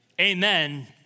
amen